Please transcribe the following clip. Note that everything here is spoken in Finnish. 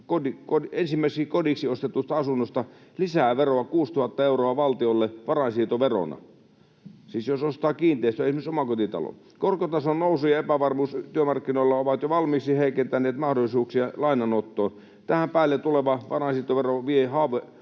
ensimmäiseksi kodiksi ostetusta asunnosta lisää veroa 6 000 euroa valtiolle varainsiirtoverona. Siis jos ostaa kiinteistöjä, eli myös omakotitalon, korkotason nousu ja epävarmuus työmarkkinoilla ovat jo valmiiksi heikentäneet mahdollisuuksia lainanottoon. Tähän päälle tuleva varainsiirtovero vie